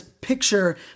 picture